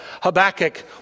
Habakkuk